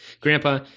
Grandpa